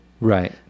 right